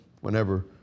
whenever